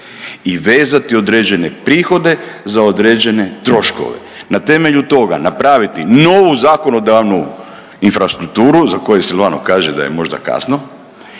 i vezati određene prihode za određene troškove. Na temelju toga napraviti novu zakonodavnu infrastrukturu za koju Silvano kaže da je možda kasno,